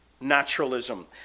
naturalism